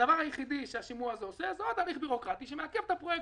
הדבר היחיד שהשימוע הזה עושה הוא עוד הליך בירוקרטי שמעכב את הפרויקטים.